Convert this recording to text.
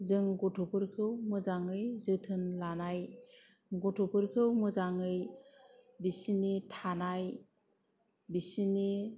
जों गथ'फोरखौ मोजाङै जोथोन लानाय गथफोरखौ मोजाङै बिसिनि थानाय बिसिनि